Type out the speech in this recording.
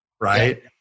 Right